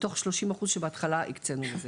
מתוך 30% שבהתחלה הקצנו לזה.